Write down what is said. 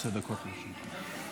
בבקשה, עשר דקות לרשותך.